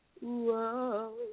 whoa